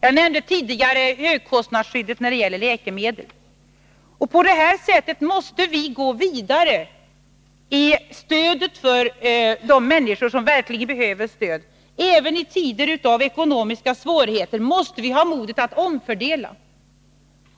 Jag nämnde tidigare högkostnadsskyddet när det gäller läkemedel. På detta sätt måste vi gå vidare i förbättringar av stödet för de människor som verkligen behöver stöd. Även i tider av ekonomiska svårigheter måste vi ha modet att omfördela